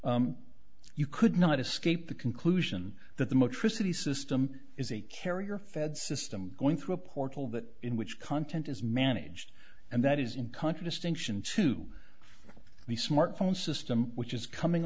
you could not escape the conclusion that the much tricity system is a carrier fed system going through a portal that in which content is managed and that is in contradistinction to the smart phone system which is coming